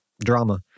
drama